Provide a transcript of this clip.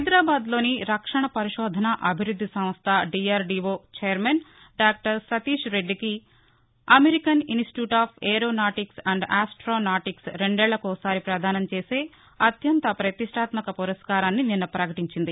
హైదరాబాద్లోని రక్షణ పరిశోధన అభివ్బద్ది సంస్థ డిఆర్డిఓ ఛైర్నన్ డాక్టర్ సతీష్ రెడ్డికి American institute of aeronautics and astronautics రెండేళ్ళ కొక సారి ప్రధానం చేసే అత్యంత ప్రతిష్టాత్మక పురస్కారాన్ని నిన్న ప్రకటటించారు